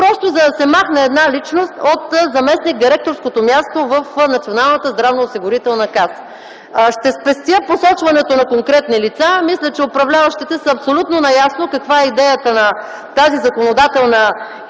просто за да се махне една личност от заместник-директорското място в Националната здравноосигурителна каса. Ще спестя посочването на конкретни лица. Мисля, че управляващите са напълно наясно каква е идеята на тази законодателна инициатива.